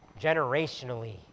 generationally